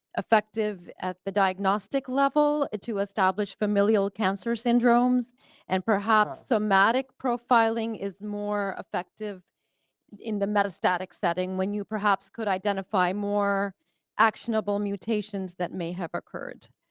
affective at the diagnostic level to establish familial cancer syndromes and perhaps somatic profiling is more effective in the metastatic setting when you perhaps could identify more actionable mutations that may have occurred?